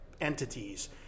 entities